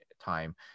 time